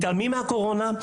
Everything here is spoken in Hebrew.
מתעלמים מהקורונה,